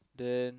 then